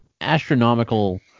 astronomical